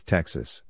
Texas